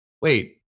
wait